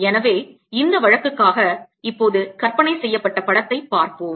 எனவே இந்த வழக்குக்காக இப்போது கற்பனை செய்யப்பட்ட படத்தைப் பார்ப்போம்